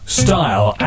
style